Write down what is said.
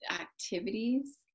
activities